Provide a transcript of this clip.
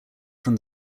from